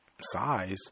size